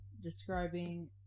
describing